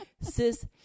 Sis